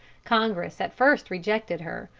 congress at first rejected her,